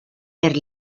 per